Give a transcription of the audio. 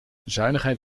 zuinigheid